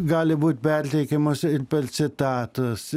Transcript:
gali būt perteikiamos ir per citatas